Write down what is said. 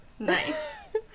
Nice